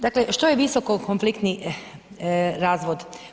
Dakle, što je visoki konfliktni razvod?